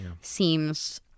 seems